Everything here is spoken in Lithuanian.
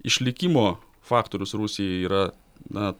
išlikimo faktorius rusijai yra na